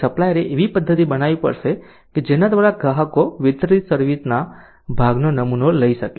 તેથી સપ્લાયરે એવી પદ્ધતિ બનાવવી પડશે કે જેના દ્વારા ગ્રાહકો વિતરિત સર્વિસ ના ભાગનો નમૂનો લઈ શકે